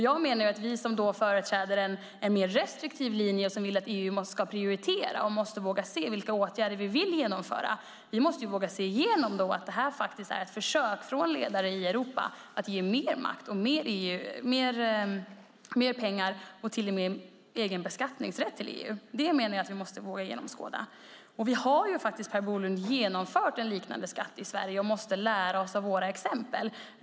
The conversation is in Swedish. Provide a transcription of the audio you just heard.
Jag menar att vi som företräder en mer restriktiv linje och vill att EU ska prioritera och måste våga se vilka åtgärder vi vill genomföra, vi måste våga se igenom att detta faktiskt är ett försök från ledare i Europa att ge mer makt och mer pengar och till och med egen beskattningsrätt till EU. Det menar jag att vi måste våga genomskåda. Vi har faktiskt, Per Bolund, genomfört en liknande skatt i Sverige och måste lära oss av våra exempel.